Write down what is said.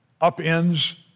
upends